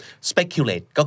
Speculate